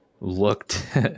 looked